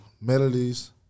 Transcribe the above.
melodies